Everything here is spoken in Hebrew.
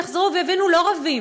יחזרו ויבינו: לא רבים.